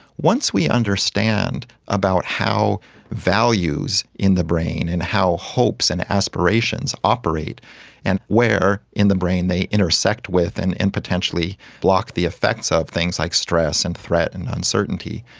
once we understand about how values in the brain and how hopes and aspirations operate and where in the brain they intersect with and and potentially block the effects of things like stress and threat and uncertainty,